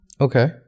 Okay